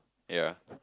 ya